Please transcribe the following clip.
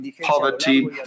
poverty